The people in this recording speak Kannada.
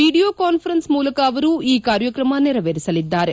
ವಿಡಿಯೋ ಕಾಸ್ಟರೆನ್ಸ್ ಮೂಲಕ ಅವರು ಈ ಕಾರ್ಯಕ್ರಮ ನೆರವೇರಿಸಲಿದ್ದಾರೆ